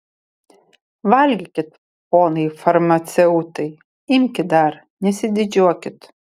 valgykit ponai farmaceutai imkit dar nesididžiuokit